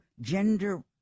gender